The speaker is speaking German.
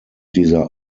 dieser